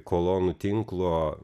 kolonų tinklo